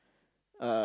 uh